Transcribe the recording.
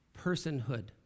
personhood